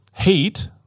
heat